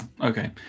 okay